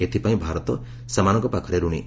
ଏଥିପାଇଁ ଭାରତ ସେମାନଙ୍କ ପାଖରେ ଋଣୀ